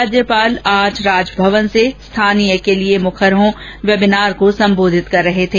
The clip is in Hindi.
राज्यपाल आज राजभवन से स्थानीय के लिए मुखर हो वेबिनार को संबोधित कर रहे थे